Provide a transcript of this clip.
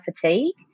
fatigue